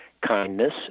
kindness